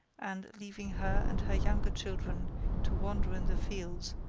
and, leaving her and her younger children to wander in the fields,